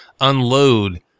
unload